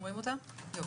אנחנו איתך